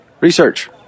Research